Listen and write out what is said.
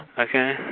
Okay